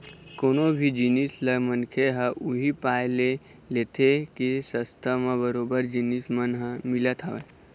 कोनो भी जिनिस ल मनखे ह उही पाय के लेथे के सस्ता म बरोबर जिनिस मन ह मिलत हवय